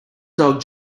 dog